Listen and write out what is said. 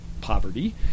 poverty